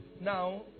Now